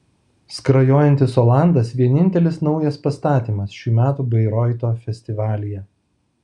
skrajojantis olandas vienintelis naujas pastatymas šių metų bairoito festivalyje